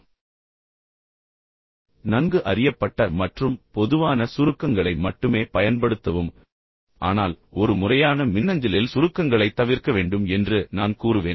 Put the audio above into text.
நீங்கள் சுருக்கங்களைப் பயன்படுத்தப் போகிறீர்கள் என்றால் நன்கு அறியப்பட்ட மற்றும் பொதுவான சுருக்கங்களை மட்டுமே பயன்படுத்தவும் ஆனால் ஒரு முறையான மின்னஞ்சலில் சுருக்கங்களைத் தவிர்க்க வேண்டும் என்று நான் கூறுவேன்